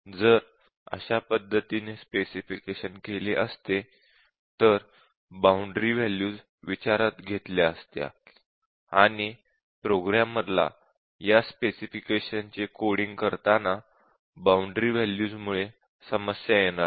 जर अशा पद्धतीने स्पेसिफिकेशन केले असते तर बाउंडरी वॅल्यूज विचारात घेतल्या गेल्या असत्या आणि प्रोग्रामरला या स्पेसिफिकेशनचे कोडिंग करताना बाउंडरी वॅल्यूज मुले समस्या येणार नाही